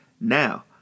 now